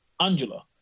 Angela